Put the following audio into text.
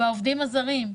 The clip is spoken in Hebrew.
והעובדים הזרים,